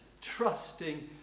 trusting